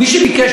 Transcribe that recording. מי שביקש,